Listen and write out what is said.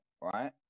right